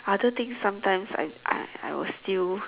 other thing sometimes I I I will still